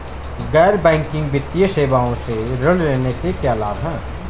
गैर बैंकिंग वित्तीय सेवाओं से ऋण लेने के क्या लाभ हैं?